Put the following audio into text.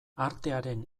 artearen